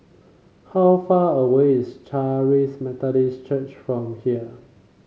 how far away is Charis Methodist Church from here